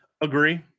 Agree